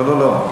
לא, לא, לא.